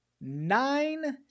nine